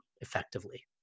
effectively